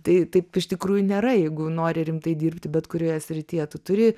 tai taip iš tikrųjų nėra jeigu nori rimtai dirbti bet kurioje srityje tu turi